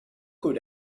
could